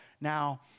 Now